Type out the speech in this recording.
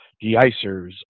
de-icers